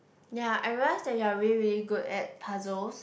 ya I realise that you are really really good at puzzles